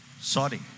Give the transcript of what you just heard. sorry